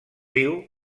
diu